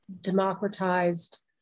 democratized